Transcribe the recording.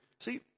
See